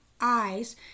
eyes